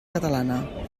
catalana